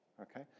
okay